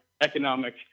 economic